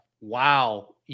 Wow